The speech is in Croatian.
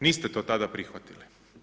Niste to tada prihvatili.